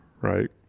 right